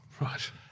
Right